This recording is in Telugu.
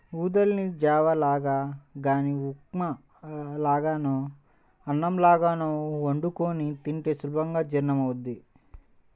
ఊదల్ని జావ లాగా గానీ ఉప్మా లాగానో అన్నంలాగో వండుకొని తింటే సులభంగా జీర్ణమవ్వుద్ది